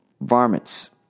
varmints